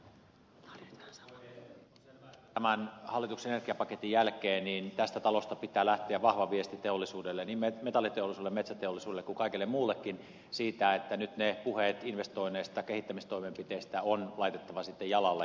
on selvä että tämän hallituksen energiapaketin jälkeen tästä talosta pitää lähteä vahva viesti teollisuudelle niin metalliteollisuudelle metsäteollisuudelle kuin kaikille muillekin siitä että nyt ne puheet investoinneista kehittämistoimenpiteistä on laitettava sitten jalalle